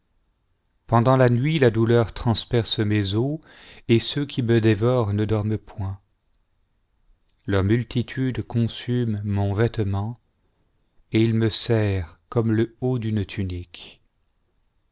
pendant la nuit la douleur transperce mes os et ceux qui me dévorent ne dorment point leur multitude consume mon vêtement et ils me seitent comme le haut d'une tunique